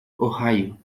ohio